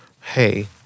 Hey